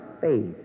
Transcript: faith